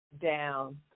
down